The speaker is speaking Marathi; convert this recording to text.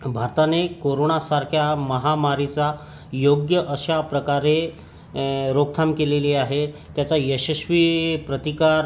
भारताने कोरोनासारख्या महामारीचा योग्य अशा प्रकारे ए रोकथाम केलेली आहे त्याचा यशस्वी प्रतिकार